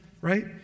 right